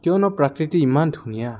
কিয়নো প্ৰকৃতি ইমান ধুনীয়া